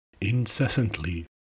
Incessantly